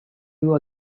you